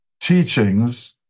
teachings